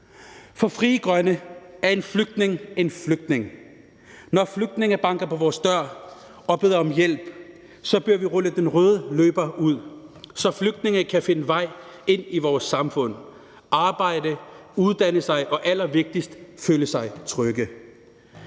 For Frie Grønne er en flygtning en flygtning. Når flygtninge banker på vores dør og beder om hjælp, bør vi rulle den røde løber ud, så flygtninge kan finde vej ind i vores samfund, arbejde og uddanne sig og allervigtigst føle sig trygge.